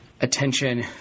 attention